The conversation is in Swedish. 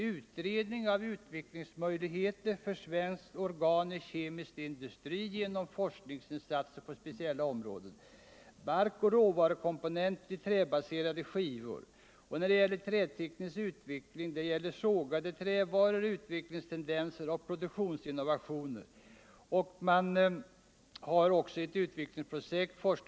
Utredning av utvecklingsmöjligheter för svensk organisk kemisk industri genom forskningsinsatser på speciella områden. Barkoch råvarukomponent i träbaserade skivor. Sågade trävaror, utvecklingstendenser och produktinnovationer.